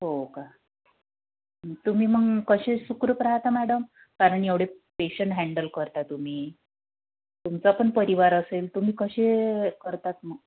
हो का तुम्ही मग कसे सुखरूप राहता मॅडम कारण एवढे पेशन हॅंडल करता तुम्ही तुमचा पण परिवार असेल तुम्ही कसे करतात मग